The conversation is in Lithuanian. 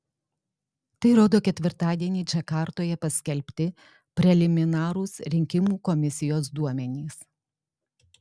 tai rodo ketvirtadienį džakartoje paskelbti preliminarūs rinkimų komisijos duomenys